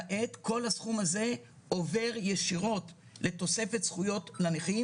כעת כל הסכום הזה עובר ישירות לתוספת זכויות לנכים.